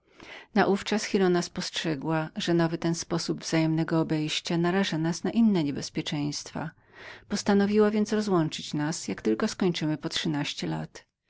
siebie powolnym naówczas giralda spostrzegła że nowy ten sposób wzajemnego obejścia narażał nas na inne niebezpieczeństwa postanowiła więc rozłączyć nas jak tylko skończymy po trzynaście lat